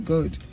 Good